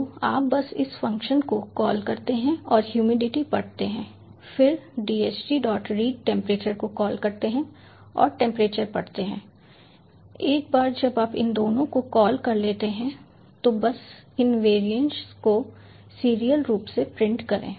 तो आप बस इस फ़ंक्शन को कॉल करते हैं और ह्यूमिडिटी पढ़ते हैं फिर dhtreadTemperature को कॉल करते हैं और टेंपरेचर पढ़ते हैं एक बार जब आप इन दोनों को कॉल कर लेते हैं तो बस इन वेरिएशंस को सीरियल रूप से प्रिंट करें